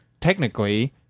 technically –